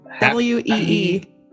w-e-e